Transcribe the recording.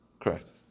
Correct